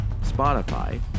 Spotify